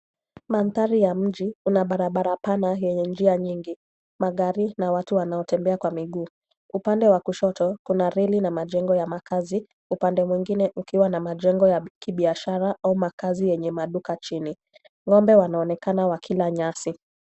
Mandhari wa mji una barabara pana yenye njia nyingi, magari na watu wanaotembea kwa miguu. Upande wa kushoto kuna reli na majengo ya makazi, upande mwingine ukiwa na majengo ya kibiashara au makazi yenye maduka chini. Ng'ombe wanaonekana wakila nyasi.